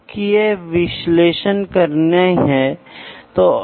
इसलिए पुनरावृत्ति करने के लिए इसलिए हमने इस अध्याय में क्या देखा है